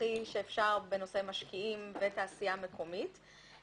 הכי שאפשר בנושא משקיעים ותעשייה מקומית.